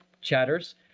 chatters